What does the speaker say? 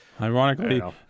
Ironically